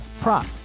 prop